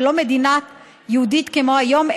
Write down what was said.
ולא מדינה יהודית כמו היום,